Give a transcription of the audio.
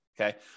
Okay